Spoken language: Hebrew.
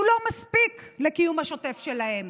לא מספיק לקיום השוטף שלהם,